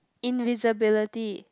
invisibility